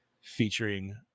featuring